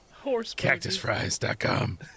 CactusFries.com